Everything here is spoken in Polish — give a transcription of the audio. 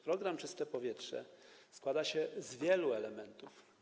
Program „Czyste powietrze” składa się z wielu elementów.